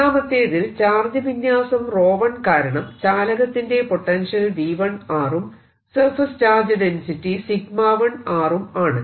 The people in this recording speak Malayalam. ഒന്നാമത്തേതിൽ ചാർജ് വിന്യാസം 𝜌1 കാരണം ചാലകത്തിന്റെ പൊട്ടൻഷ്യൽ V1 ഉം സർഫേസ് ചാർജ് ഡെൻസിറ്റി 𝜎1 ഉം ആണ്